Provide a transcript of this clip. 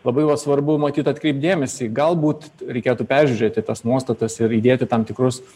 labai va svarbu matyt atkreipti dėmesį galbūt reikėtų peržiūrėti tas nuostatas ir įdėti tam tikrus